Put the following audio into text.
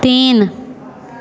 तीन